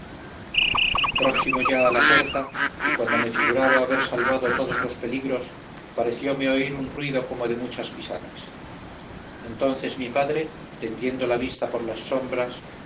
próximo ya a la puerta y cuando me figuraba haber salvado todos los peligros pareciome oír un ruido como de muchas pisadas entonces mi padre tendiendo la vista por las sombras